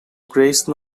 grace